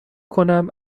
کنم